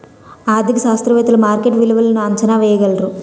ఆర్థిక శాస్త్రవేత్తలు మార్కెట్ విలువలను అంచనా వేయగలరు